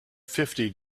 fifty